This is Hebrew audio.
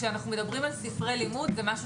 כשאנחנו מדברים על ספרי לימוד זה משהו